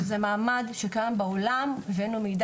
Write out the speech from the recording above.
הם אמורים לעמוד בקריטריונים כאלה של